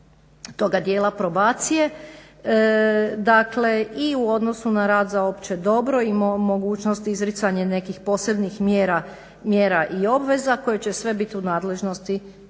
toga dijela probacije i u odnosu na rad za opće dobro i mogućnost izricanja nekih posebnih mjera i obveza koje će biti sve u nadležnosti